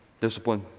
discipline